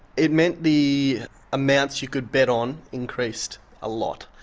it meant the amounts you could bet on increased a lot.